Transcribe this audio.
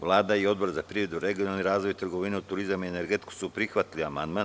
Vlada i Odbor za privredu, regionalni razvoj, trgovinu, turizam i energetiku su prihvatili amandman.